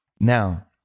Now